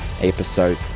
episode